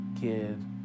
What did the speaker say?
kid